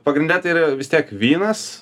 pagrinde tai yra vis tiek vynas